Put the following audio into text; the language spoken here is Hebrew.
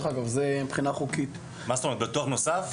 ביטוח נוסף?